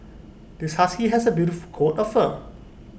this husky has A beautiful coat of fur